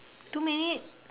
two minute